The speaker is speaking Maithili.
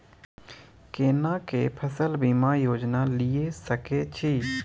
केना के फसल बीमा योजना लीए सके छी?